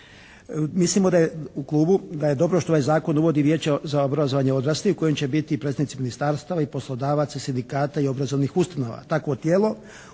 Mislimo da je u klubu, da je dobro što ovaj zakon uvodi Vijeće za obrazovanje odraslih u kojem će biti predstavnici ministarstava i poslodavaca i sindikata i obrazovnih ustanova.